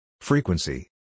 Frequency